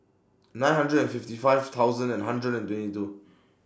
nine hundred and fifty five thousand and hundred and twenty two